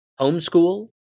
homeschool